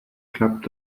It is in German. klappt